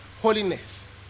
holiness